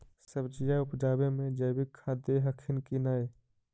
सब्जिया उपजाबे मे जैवीक खाद दे हखिन की नैय?